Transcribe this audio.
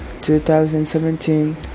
2017